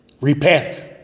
Repent